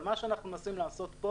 מה שאנחנו מנסים לעשות פה